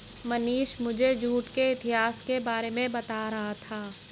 मनीष मुझे जूट के इतिहास के बारे में बता रहा था